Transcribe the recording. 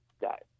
guys